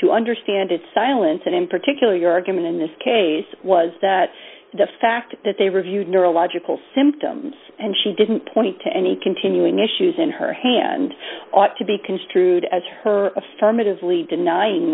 to understand it silence and in particular your argument in this case was the fact that they reviewed neurological symptoms and she didn't point to any continuing issues in her hand ought to be construed as her affirmatively denying